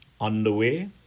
underway